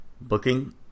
booking